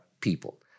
people